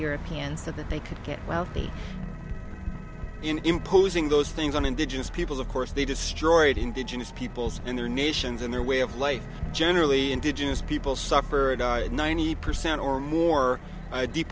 europeans so that they could get wealthy in imposing those things on indigenous peoples of course they just destroyed indigenous peoples and their nations and their way of life generally indigenous peoples suffered ninety percent or more